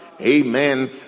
Amen